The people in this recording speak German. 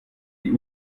die